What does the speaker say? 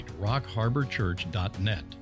rockharborchurch.net